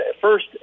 first